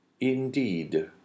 Indeed